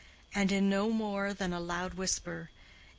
and in no more than a loud whisper.